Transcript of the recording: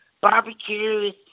barbecues